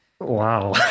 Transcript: Wow